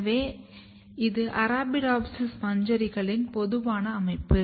எனவே இது அரபிடோப்சிஸ் மஞ்சரிகளின் பொதுவான அமைப்பு